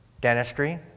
Dentistry